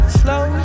slow